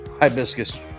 Hibiscus